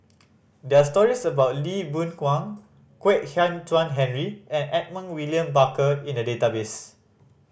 there are stories about Lee Boon Wang Kwek Hian Chuan Henry and Edmund William Barker in the database